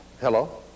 Hello